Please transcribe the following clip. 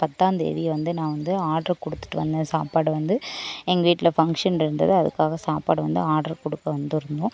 பத்தாந்தேதி வந்து நான் வந்து ஆர்ட்ரு கொடுத்துட்டு வந்தேன் சாப்பாடு வந்து எங்கள் வீட்டில் ஃபங்க்ஷன் இருந்தது அதுக்காக சாப்பாடு வந்து ஆர்ட்ரு கொடுக்க வந்துருந்தோம்